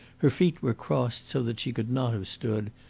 her feet were crossed so that she could not have stood,